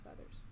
others